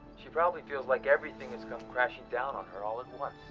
she probably feels like everything has come crashing down on her all at once.